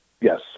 Yes